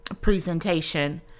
presentation